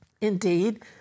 Indeed